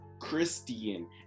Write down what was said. Christian